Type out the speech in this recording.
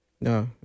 No